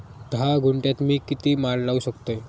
धा गुंठयात मी किती माड लावू शकतय?